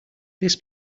this